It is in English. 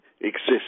exists